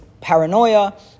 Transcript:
paranoia